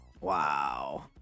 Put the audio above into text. Wow